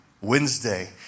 Wednesday